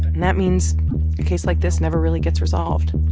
that means a case like this never really gets resolved.